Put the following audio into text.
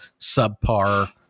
subpar